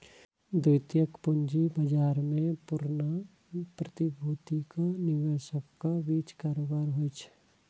द्वितीयक पूंजी बाजार मे पुरना प्रतिभूतिक निवेशकक बीच कारोबार होइ छै